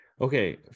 okay